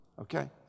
okay